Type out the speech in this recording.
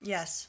Yes